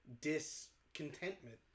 discontentment